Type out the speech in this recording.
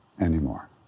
anymore